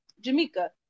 Jamaica